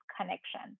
connection